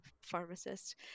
pharmacist